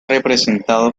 representado